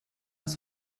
ist